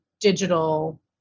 digital